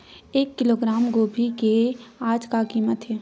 एक किलोग्राम गोभी के आज का कीमत हे?